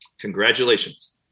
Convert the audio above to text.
Congratulations